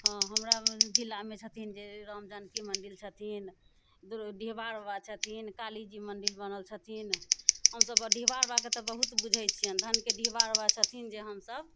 हाँ हमरा जिला मे छथिन जे राम जानकी मन्दिर छथिन दुर डिहबार बाबा छथिन काली जी मन्दिर बनल छथिन हमसभ डिहबार बाबाके तऽ बहुत बुझै छियनि धनके डिहबार बाबा छथिन जे हमसभ